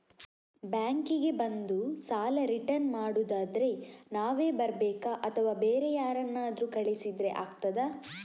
Bank ಗೆ ಬಂದು ಸಾಲ ರಿಟರ್ನ್ ಮಾಡುದಾದ್ರೆ ನಾವೇ ಬರ್ಬೇಕಾ ಅಥವಾ ಬೇರೆ ಯಾರನ್ನಾದ್ರೂ ಕಳಿಸಿದ್ರೆ ಆಗ್ತದಾ?